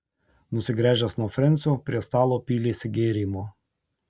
nusigręžęs nuo frensio prie stalo pylėsi gėrimo